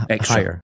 higher